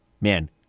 man